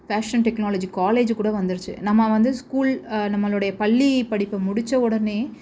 fashion technology காலேஜ்ஜி கூட வந்துடுச்சு நம்ம வந்து ஸ்கூல் நம்மளுடைய பள்ளி படிப்பை முடித்தவொடனே